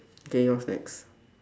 K what's next